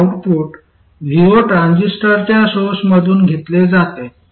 आणि output vo ट्रान्झिस्टरच्या सोर्समधून घेतले जाते